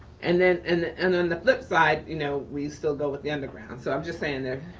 and then and and then the flip side, you know we still go with the underground. so i'm just saying there